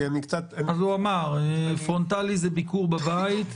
הוא אמר: פרונטלי זה ביקור בבית,